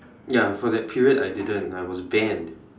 ya for that period I didn't I was banned